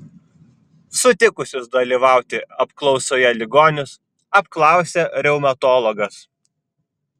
sutikusius dalyvauti apklausoje ligonius apklausė reumatologas